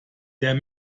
der